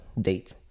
date